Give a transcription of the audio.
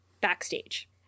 backstage